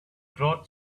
crowd